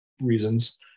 reasons